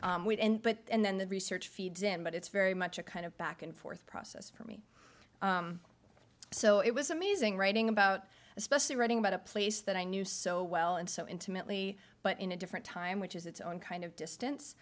but and then the research feeds in but it's very much a kind of back and forth process for me so it was amazing writing about especially writing about a place that i knew so well and so intimately but in a different time which is its own kind of